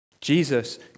Jesus